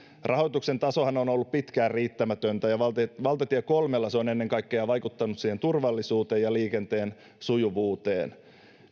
rahoituksen tasohan on ollut pitkään riittämätöntä ja valtatie kolmella se on ennen kaikkea vaikuttanut turvallisuuteen ja liikenteen sujuvuuteen